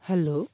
hello